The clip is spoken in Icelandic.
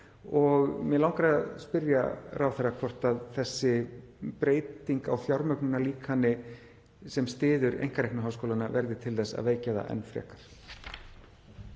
Mig langar að spyrja ráðherra hvort þessi breyting á fjármögnunarlíkani sem styður einkareknu háskólana verði til þess að veikja það enn frekar?